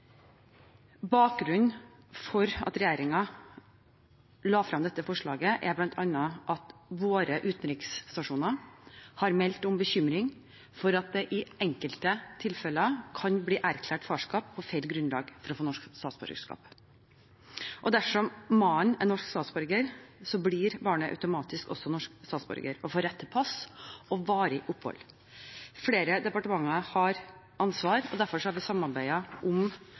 Bakgrunnen for at regjeringen la frem dette forslaget, er bl.a. at våre utenriksstasjoner har meldt om bekymring for at det i enkelte tilfeller kan bli erklært farskap på feil grunnlag for å få norsk statsborgerskap. Dersom mannen er norsk statsborger, blir barnet også automatisk norsk statsborger og får pass og varig opphold. Flere departementer har ansvar. Derfor har vi samarbeidet om